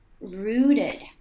rooted